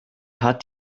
hat